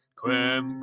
quem